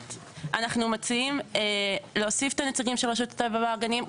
אנחנו מציעים להוסיף את הנציגים של רשות הטבע והגנים.